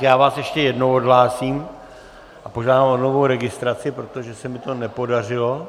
Já vás ještě jednou odhlásím a požádám o novou registraci, protože se mi to nepodařilo.